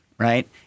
Right